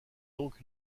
donc